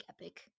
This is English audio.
epic